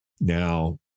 Now